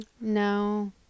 No